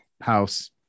house